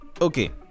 Okay